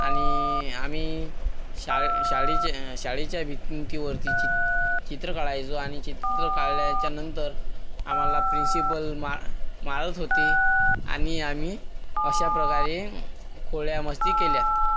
आणि आम्ही शाळे शाळेचे शाळेच्या भिंतीवरती चित् चित्र काढायचो आणि चित्र काढल्याच्यानंतर आम्हाला प्रिन्सिपल मा मारत होती आणि आम्ही अशा प्रकारे खोड्या मस्ती केल्यात